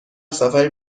سفری